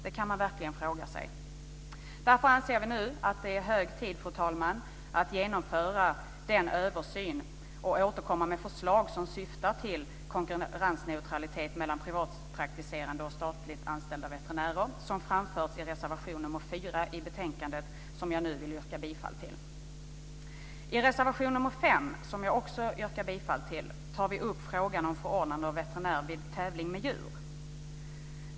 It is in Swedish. Det kan man verkligen fråga sig! Därför anser vi att det nu är hög tid, fru talman, att genomföra en översyn och återkomma med förslag som syftar till konkurrensneutralitet mellan privatpraktiserande och statligt anställda veterinärer, såsom framförts i reservation nr 4 i betänkandet som jag yrkar bifall till. I reservation nr 5, som jag också yrkar bifall till, tar vi upp frågan om förordnande av veterinär vid tävling med djur.